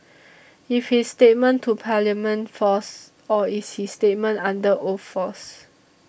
is his statement to Parliament false or is his statement under oath false